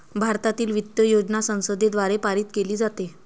भारतातील वित्त योजना संसदेद्वारे पारित केली जाते